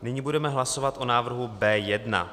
Nyní budeme hlasovat o návrhu B1.